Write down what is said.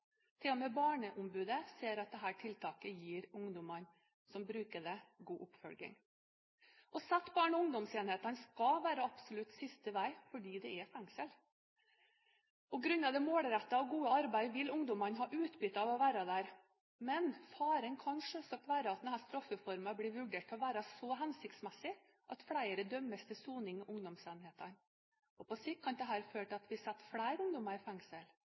med barneombudet ser at dette tiltaket gir ungdommene som bruker det, god oppfølging. Å sette barn i ungdomsenhetene skal være absolutt siste utvei fordi det er et fengsel. Grunnet det målrettede og gode arbeidet vil ungdommene ha utbytte av å være der. Men faren kan selvsagt være at denne straffeformen blir vurdert til å være så hensiktsmessig at flere dømmes til soning i ungdomsenhetene. På sikt kan dette føre til at vi setter flere ungdommer i fengsel.